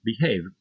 behave